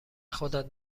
خودت